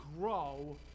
grow